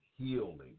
healing